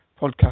podcast